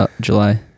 july